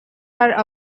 are